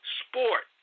sport